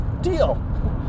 deal